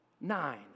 nine